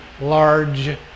large